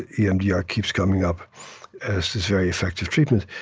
emdr keeps coming up as this very effective treatment.